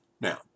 Now